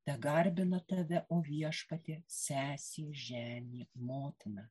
tegarbina tave o viešpatie sesė žemė motina